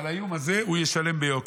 על האיום הזה הוא ישלם ביוקר.